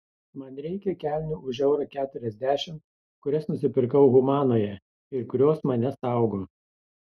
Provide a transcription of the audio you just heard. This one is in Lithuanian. man reikia kelnių už eurą keturiasdešimt kurias nusipirkau humanoje ir kurios mane saugo